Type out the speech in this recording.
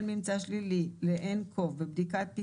אדם כאמור בתקנת משנה (ב) לא יעלה לטיסה כנוסע